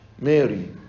Mary